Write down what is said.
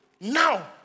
Now